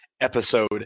episode